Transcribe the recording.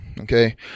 okay